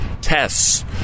tests